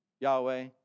Yahweh